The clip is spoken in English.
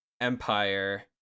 Empire